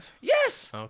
yes